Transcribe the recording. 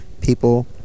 people